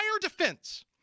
defense